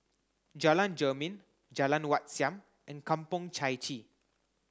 Jalan Jermin Jalan Wat Siam and Kampong Chai Chee